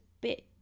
bit